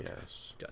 Yes